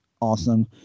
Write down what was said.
awesome